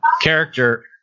character